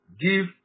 Give